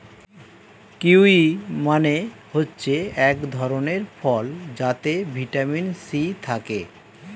kiwi মানে হচ্ছে এক ধরণের ফল যাতে ভিটামিন সি থাকে